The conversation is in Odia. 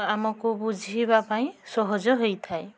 ଆମକୁ ବୁଝିବା ପାଇଁ ସହଜ ହୋଇଥାଏ